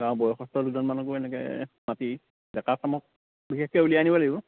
গাঁৱৰ বয়সস্থ দুজন মানকো এনেকে মাতি ডেকা চামক বিশেষকে উলিয়াই আনিব লাগিব